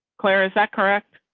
claire, is that correct?